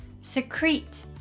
Secrete